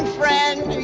friend